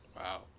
Wow